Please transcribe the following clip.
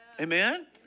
Amen